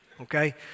okay